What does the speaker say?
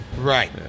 Right